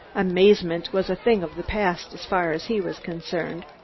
amazement was a thing of the past, as far as he was concerned.